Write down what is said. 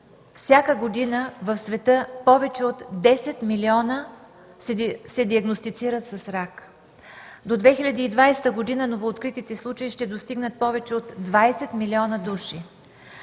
всяка година в света повече от десет милиона се диагностицират с рак. До 2020 г. новооткритите случаи ще достигнат повече от 20 милиона души.